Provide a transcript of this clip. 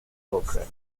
programs